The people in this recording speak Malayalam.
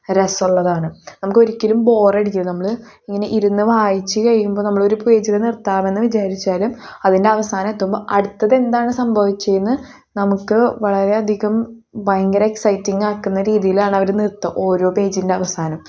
രസോള്ളതാണ് നമുക്ക് ഒരിക്കലും ബോറടിക്കൂല്ല നമ്മൾ ഇങ്ങനെ ഇരുന്ന് വായിച്ച് കഴിയുമ്പോൾ നമ്മൾ ഒരു പേജിൽ നിർത്താമെന്ന് വിചാരിച്ചാലും അതിൻ്റെ അവസാനം എത്തുമ്പോൾ അടുതെന്താണ് സംഭവിച്ചതെന്ന് നമുക്ക് വളരെ അധികം ഭയങ്കര എക്സൈറ്റിങ് ആക്കുന്ന രീതിലാണവർ നിർത്തുക ഓരോ പേജിൻ്റെ അവസാനം